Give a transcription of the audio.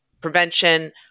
prevention